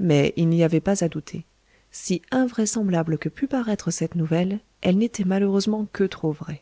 mais il n'y avait pas à douter si invraisemblable que pût paraître cette nouvelle elle n'était malheureusement que trop vraie